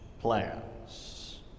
plans